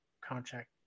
contract